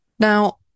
Now